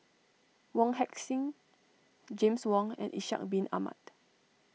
Wong Heck Sing James Wong and Ishak Bin Ahmad